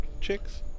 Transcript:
chicks